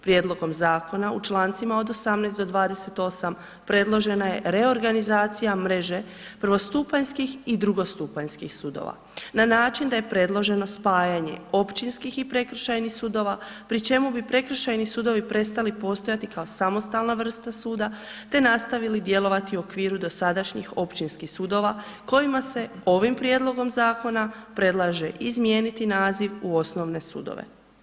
Prijedlogom zakona u Člancima od 18. do 28. predložena je reorganizacija mreže prvostupanjskih i drugostupanjskih sudova na način da je predloženo spajanje općinskih i prekršajnih sudova pri čemu bi prekršajni sudovi prestali postojati kao samostalna vrsta suda te nastavili djelovati u okviru dosadašnjih općinskih sudova, kojima se ovim prijedlogom zakona predlaže izmijeniti naziv u osnovne sudove.